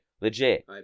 legit